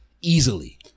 easily